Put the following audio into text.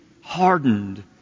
hardened